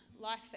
life